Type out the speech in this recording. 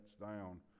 down